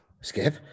Skip